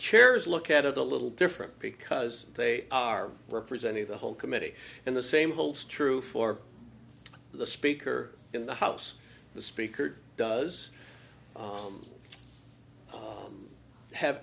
chairs look at it a little different because they are representing the whole committee in the same holds true for the speaker in the house the speaker does